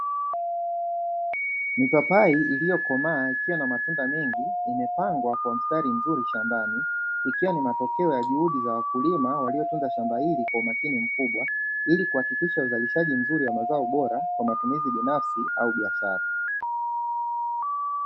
Mipapai iliyokomaa ikiwa na matunda mengi imepengwa kwa mstari mzuri shambani, ikiwa ni matokeo ya juhudi za wakulima waliopanda shamba hii kwa umakini mkubwa ili kuhakikisha uzalishaji mzuri wa mazao bora kwa matumizi binafsi au biashara.